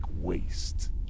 waste